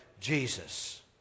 Jesus